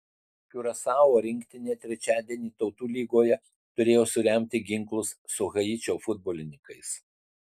kiurasao rinktinė trečiadienį tautų lygoje turėjo suremti ginklus su haičio futbolininkais